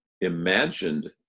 imagined